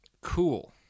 Cool